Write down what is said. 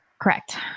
Correct